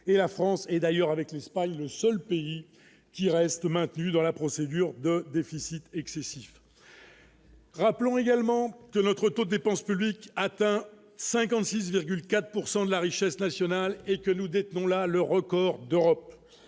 et la France et d'ailleurs avec l'Espagne, le seul pays qui reste maintenue dans la procédure de déficit excessif. Rappelons également que notre tour dépense publique atteint 56,4 pourcent de de la richesse nationale et que nous détenons la le record d'Europe